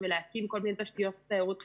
ולהקים כל מיני תשתיות תיירות חיוניות.